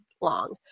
long